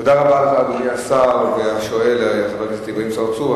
תודה רבה לך, אדוני השר, ולשואל אברהים צרצור.